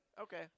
okay